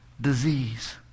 disease